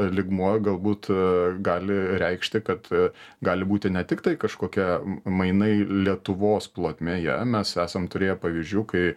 lygmuo galbūt gali reikšti kad gali būti ne tiktai kažkokie m mainai lietuvos plotmėje mes esam turėję pavyzdžių kai